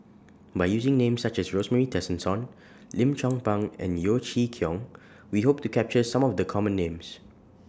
By using Names such as Rosemary Tessensohn Lim Chong Pang and Yeo Chee Kiong We Hope to capture Some of The Common Names